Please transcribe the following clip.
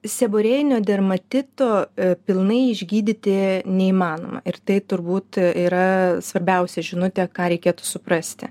seborėjinio dermatito pilnai išgydyti neįmanoma ir tai turbūt yra svarbiausia žinutė ką reikėtų suprasti